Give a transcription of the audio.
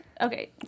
Okay